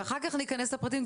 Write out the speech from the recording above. ואחר כך ניכנס לפרטים,